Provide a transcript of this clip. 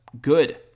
good